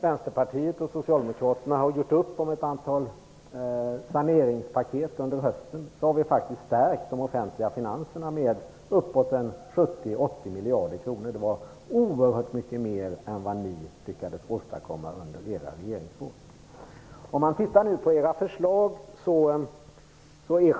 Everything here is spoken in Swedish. Vänsterpartiet och Socialdemokraterna har däremot under hösten gjort upp om ett antal saneringspaket. Därigenom har vi stärkt de offentliga finanserna med uppåt 70-80 miljarder kronor. Det är oerhört mycket mer än vad ni lyckades åstadkomma under era regeringsår.